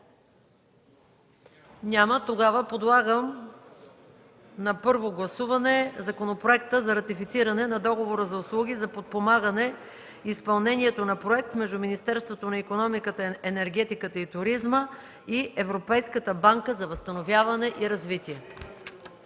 Няма. Тогава подлагам на първо гласуване Законопроекта за ратифициране на Договора за услуги за подпомагане изпълнението на проект между Министерството на икономиката, енергетиката и туризма и Европейската банка за възстановяване и развитие.